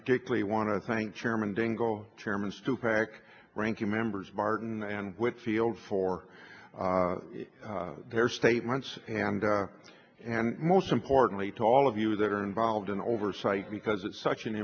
particularly want to thank chairman dingo chairman's two pack ranking members martin and whitfield for their statements and and most importantly to all of you that are involved in the oversight because it's such an